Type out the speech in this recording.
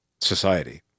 society